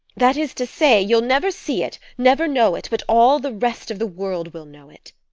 that is to say you'll never see it, never know it, but all the rest of the world will know it.